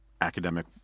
academic